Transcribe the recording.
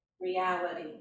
reality